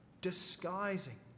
disguising